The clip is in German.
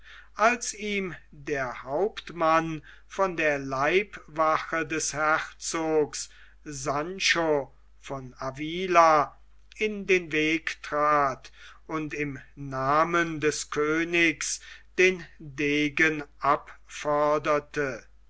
als ihm der hauptmann von der leibwache des herzogs sancho von avila in den weg trat und im namen des königs den degen abforderte